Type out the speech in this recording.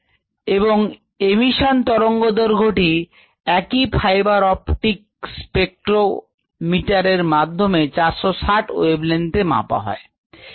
এরপর এমিশন তরঙ্গদৈর্ঘ্য টি 460 wavelength একই ফাইবার অপটিক প্রোব এর মাধ্যমে সংগ্রহ করে spectra fluorimeter এ নিয়ে গিয়ে মাপা হয়